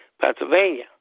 Pennsylvania